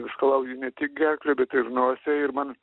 skalauju ne tik gerklę bet ir nosį ir man